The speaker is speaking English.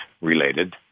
related